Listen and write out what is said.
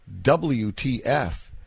WTF